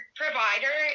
provider